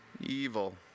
evil